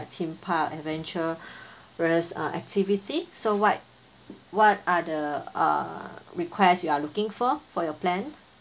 theme park adventure whereas uh activity so what what are the uh request you are looking for for your plan